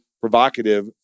provocative